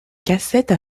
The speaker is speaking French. cassettes